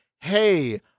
hey